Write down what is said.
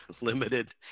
limited